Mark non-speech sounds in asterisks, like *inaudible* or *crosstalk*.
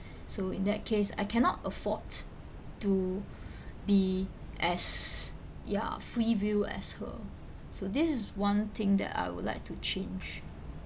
so in that case I cannot afford to *breath* be as ya free will as her so this is one thing that I would like to change